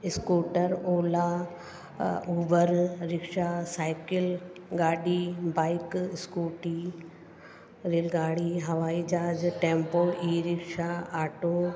scooter Ola Uber rickshaw cycle गाॾी bike scooty rail गाॾी हवाई जहाज टैम्पो ई रिक्शा आटो